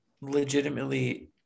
legitimately